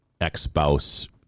ex-spouse